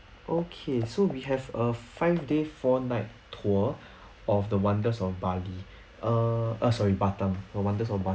okay so we have a five day four night tour of the wonders of bali uh oh sorry batam the wonders of batam